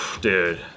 Dude